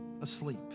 asleep